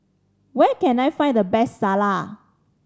where can I find the best Salsa